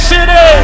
City